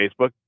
Facebook